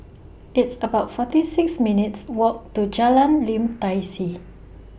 It's about forty six minutes' Walk to Jalan Lim Tai See